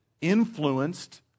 influenced